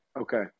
Okay